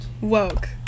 Woke